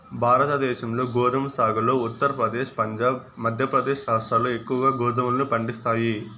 భారతదేశంలో గోధుమ సాగులో ఉత్తరప్రదేశ్, పంజాబ్, మధ్యప్రదేశ్ రాష్ట్రాలు ఎక్కువగా గోధుమలను పండిస్తాయి